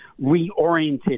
reoriented